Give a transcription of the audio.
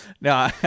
no